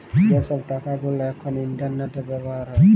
যে ছব টাকা গুলা এখল ইলটারলেটে ব্যাভার হ্যয়